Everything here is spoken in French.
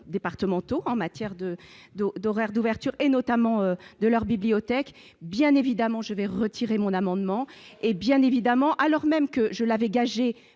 départementaux en matière de dos d'horaires d'ouverture, et notamment de leur bibliothèque bien évidemment je vais retirer mon amendement et bien évidemment, alors même que je l'avais gagé